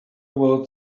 what